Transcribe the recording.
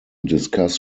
discuss